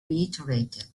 reiterated